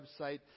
website